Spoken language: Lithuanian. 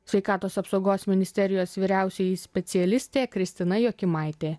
sveikatos apsaugos ministerijos vyriausioji specialistė kristina jokimaitė